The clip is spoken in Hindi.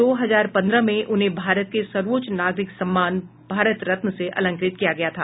दो हजार पन्द्रह में उन्हें भारत के सर्वोच्च नागरिक सम्मान भारत रत्न से अलंकृत किया गया था